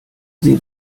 sie